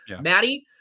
Maddie